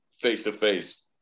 face-to-face